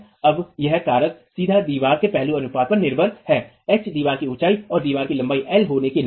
अब यह कारक सीधे दीवार के पहलू अनुपात पर निर्भर है एच H दीवार की ऊंचाई और दीवार की लंबाई l होने के नाते